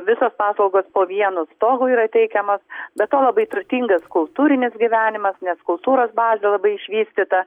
visos paslaugos po vienu stogu yra teikiamos be to labai turtingas kultūrinis gyvenimas nes kultūros bazė labai išvystyta